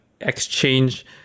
exchange